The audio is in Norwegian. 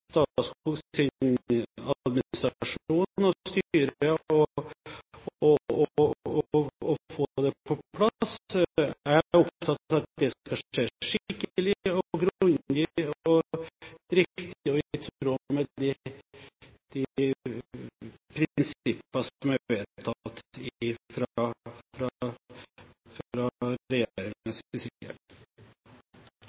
og styre å få det på plass. Jeg er opptatt av at det skal skje skikkelig, grundig, riktig og i tråd med de prinsipper som er vedtatt fra regjeringens side. Jeg takker statsråden for svaret, som jeg ikke er